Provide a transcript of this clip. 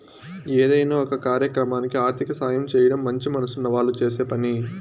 ఏదైనా ఒక కార్యక్రమానికి ఆర్థిక సాయం చేయడం మంచి మనసున్న వాళ్ళు చేసే పని